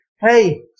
Hey